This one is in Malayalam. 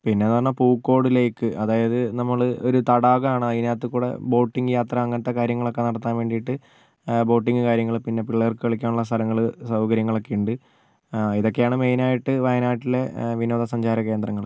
പിന്നെന്നു പറഞ്ഞാൽ പൂക്കോട് ലേക്ക് അതായത് നമ്മളൊരു ഒരു തടാകമാണ് അതിനകത്തുക്കൂടെ ബോട്ടിങ് യാത്ര അങ്ങനത്തെ കാര്യങ്ങളൊക്കെ നടത്താൻ വേണ്ടിട്ട് ബോട്ടിങ് കാര്യങ്ങൾ പിന്നെ പിള്ളേർക്ക് കളിക്കാനുള്ള സ്ഥലങ്ങൾ സൗകര്യങ്ങളൊക്കെ ഉണ്ട് ഇതൊക്കെയാണ് മെയിനായിട്ട് വയനാട്ടിലെ വിനോദ സഞ്ചാര കേന്ദ്രങ്ങൾ